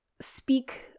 speak